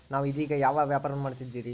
ನೇವು ಇದೇಗ ಯಾವ ವ್ಯಾಪಾರವನ್ನು ಮಾಡುತ್ತಿದ್ದೇರಿ?